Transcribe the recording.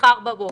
מחר בבוקר.